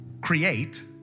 create